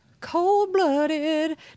cold-blooded